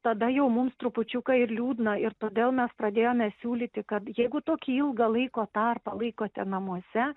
tada jau mums trupučiuką ir liūdna ir todėl mes pradėjome siūlyti kad jeigu tokį ilgą laiko tarpą laikote namuose